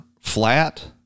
flat